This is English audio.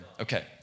Okay